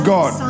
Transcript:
God